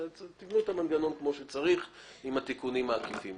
תיבנו את המנגנון עם התיקונים העקיפים.